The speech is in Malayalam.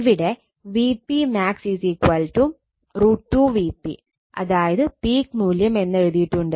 ഇവിടെ Vpmax √2 Vp അതായത് പീക്ക് മൂല്യം എന്നെഴുതിയിട്ടുണ്ട്